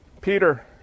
Peter